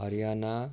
Haryana